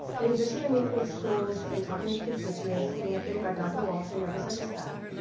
in addition to meeting with schools and talking with constituents, getting updated by dr. walts and members of his staff,